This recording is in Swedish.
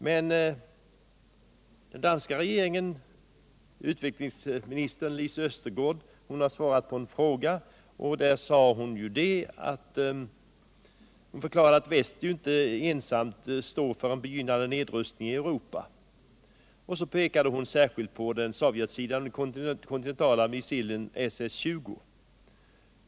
Men den danska ministern Lise Ostergaard har svarat på en fråga, varvid hon förklarade att väst inte ensamt står för en begynnande nedrustning i Europa. Därvid pekade hon särskilt på den sovjetiska kontinentala missilen SS 20.